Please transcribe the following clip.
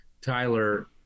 tyler